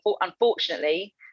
Unfortunately